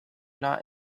not